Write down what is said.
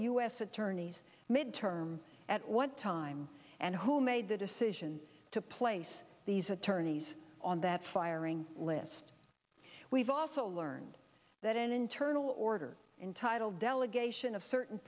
s attorneys midterm at what time and who made the decision to place these attorneys on that firing list we've also learned that an internal order entitled delegation of certain